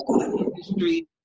industry